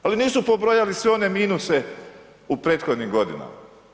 Ali nisu pobrojali sve one minuse u prethodnim godinama.